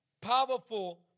Powerful